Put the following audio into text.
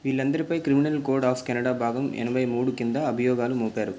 వీళ్ళందరిపై criminal code of Canada భాగం ఎనభై కింద అభియోగాలు మోపారు